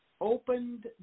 opened